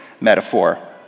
metaphor